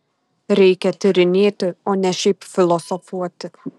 reikia tyrinėti o ne šiaip filosofuoti